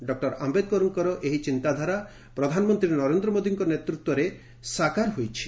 doctor ଆମ୍ଭେଦ୍କର୍ଙ୍କ ଏହି ଚିନ୍ତାଧାରା ପ୍ରଧାନମନ୍ତ୍ରୀ ନରେନ୍ଦ୍ର ମୋଦିଙ୍କ ନେତୃତ୍ୱରେ ସାକାର ହୋଇଛି